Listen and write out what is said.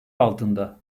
altında